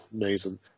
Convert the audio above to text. Amazing